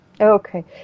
okay